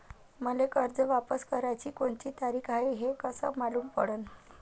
मले कर्ज वापस कराची कोनची तारीख हाय हे कस मालूम पडनं?